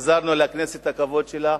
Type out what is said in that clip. החזרנו לכנסת את הכבוד שלה,